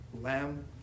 lamb